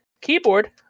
keyboard